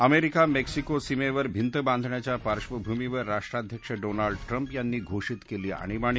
America Mexico सीमेवर भींत बांधण्याच्या पार्श्वभूमीवर राष्ट्राध्यक्ष डोलान्ड ट्रम्प यांनी घोषित केली आणीबाणी